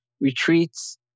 retreats